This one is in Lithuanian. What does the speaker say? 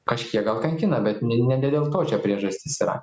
kažkiek gal kankina bet ne ne ne dėl to čia priežastis yra